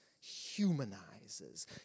humanizes